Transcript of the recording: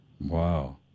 Wow